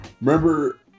Remember